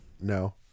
No